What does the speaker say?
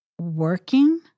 working